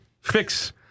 fix